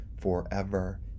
forever